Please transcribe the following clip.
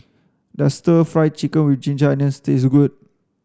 does stir fry chicken with ginger onions taste good